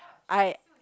I